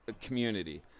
community